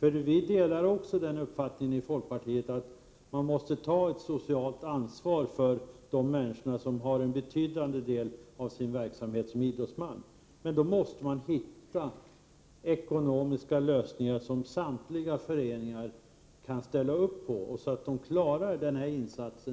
Vi i folkpartiet delar ju uppfattningen att man måste ta ett socialt ansvar för de människor som har en betydande del av sin verksamhet som idrottsmän, men då måste man hitta ekonomiska lösningar, som samtliga föreningar kan ställa upp för och som gör att de klarar den insats